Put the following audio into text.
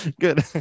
good